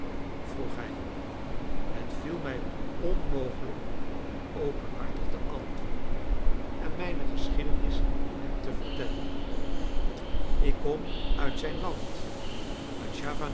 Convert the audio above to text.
vroeg hij het viel mij onmogelijk hem openhartig te antwoorden en mijne geschiedenis hem te vertellen ik kom uit zijn land